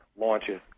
launches